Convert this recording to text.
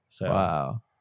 Wow